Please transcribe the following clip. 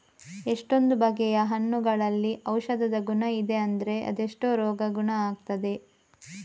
ಎಷ್ಟೊಂದು ಬಗೆಯ ಹಣ್ಣುಗಳಲ್ಲಿ ಔಷಧದ ಗುಣ ಇದೆ ಅಂದ್ರೆ ಅದೆಷ್ಟೋ ರೋಗ ಗುಣ ಆಗ್ತದೆ